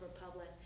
Republic